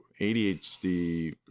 ADHD